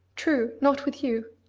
true! not with you!